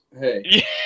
Hey